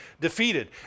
defeated